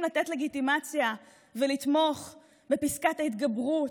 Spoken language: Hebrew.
לתת לגיטימציה ולתמוך בפסקת ההתגברות,